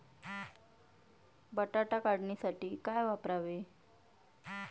बटाटा काढणीसाठी काय वापरावे?